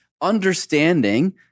understanding